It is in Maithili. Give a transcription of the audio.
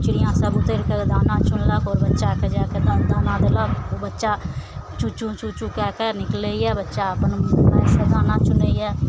चिड़ियाँ सभ उतरिके दाना चुनलक आओर बच्चाके जाके दाना देलक ओ बच्चा चूँ चूँ चूँ चूँ कएके निकलइए बच्चा अपन मायसँ दाना चुनइए